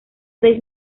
seis